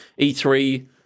E3